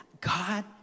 God